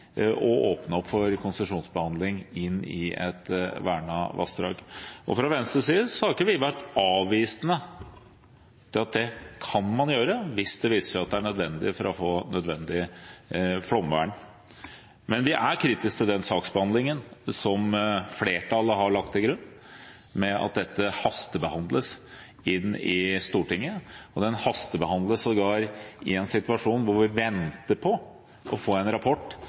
å åpne for konsesjonsbehandling av et vernet vassdrag. Fra Venstres side har ikke vi vært avvisende til at det kan man gjøre hvis det viser seg at det er nødvendig for å få nødvendig flomvern. Men vi er kritiske til den saksbehandlingen som flertallet har lagt til grunn – at dette hastebehandles i Stortinget, og saken hastebehandles sågar i en situasjon hvor vi har ventet på å få en rapport